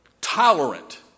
tolerant